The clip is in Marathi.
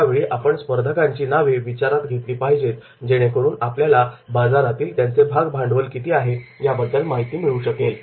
यावेळी आपण स्पर्धकांची नावे विचारात घेतली पाहिजेत जेणेकरून आपल्याला बाजारातील त्यांचे भागभांडवल किती आहे याबद्दल माहिती मिळू शकेल